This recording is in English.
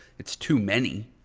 it's too many.